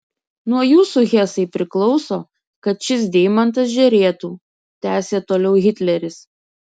nuo jūsų hesai priklauso kad šis deimantas žėrėtų tęsė toliau hitleris